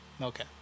Okay